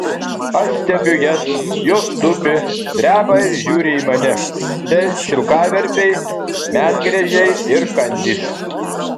aš stebiu jas jos tupi dreba ir žiūri į mane tai šilkaverpiai medgręžiai ir kandys